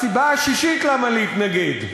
הסיבה השישית למה להתנגד,